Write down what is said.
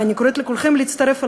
ואני קוראת לכולכם להצטרף אלי,